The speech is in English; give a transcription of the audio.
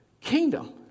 kingdom